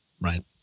Right